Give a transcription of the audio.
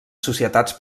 societats